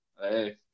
Hey